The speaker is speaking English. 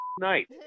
night